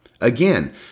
Again